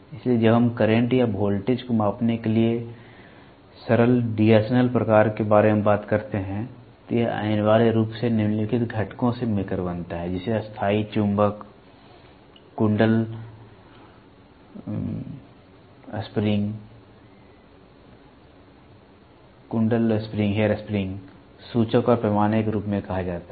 इसलिए जब हम करंट या वोल्टेज को मापने के लिए सरल DArsonval प्रकार के बारे में बात करते हैं तो यह अनिवार्य रूप से निम्नलिखित घटकों से मिलकर बनता है जिसे स्थायी चुंबक कुंडल बाल वसंत सूचक और पैमाने के रूप में कहा जाता है